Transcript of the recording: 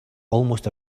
almost